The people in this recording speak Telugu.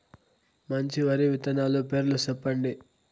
మంచి వరి విత్తనాలు పేర్లు చెప్పండి?